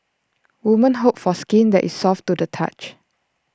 woman hope for skin that is soft to the touch